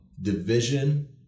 division